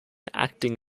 acting